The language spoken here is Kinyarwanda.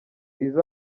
iza